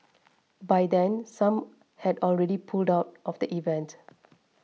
by then some had already pulled out of the event